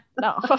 no